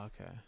okay